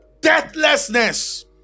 Deathlessness